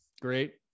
great